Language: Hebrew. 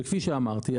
כפי שאמרתי,